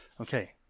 Okay